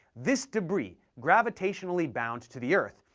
this debris, gravitationally bound to the earth,